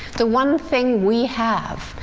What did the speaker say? the one thing we have,